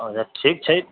अच्छा ठीक छै